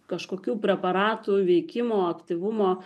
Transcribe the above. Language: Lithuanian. kažkokių preparatų veikimo aktyvumo